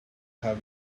have